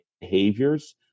behaviors